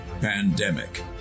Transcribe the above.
pandemic